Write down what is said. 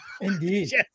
Indeed